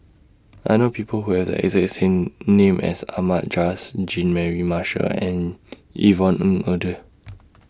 I know People Who Have The exact same name as Ahmad Jais Jean Mary Marshall and Yvonne Ng Uhde